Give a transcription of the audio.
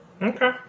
Okay